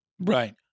Right